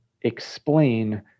explain